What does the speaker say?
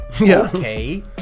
okay